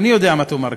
אני יודע מה תאמר כאן,